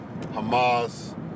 Hamas